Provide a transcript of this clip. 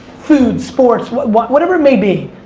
food, sports, whatever it may be,